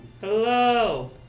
Hello